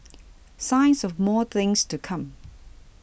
signs of more things to come